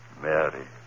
Mary